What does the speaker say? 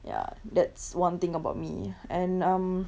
ya that's one thing about me and um